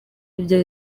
ibyo